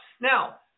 Now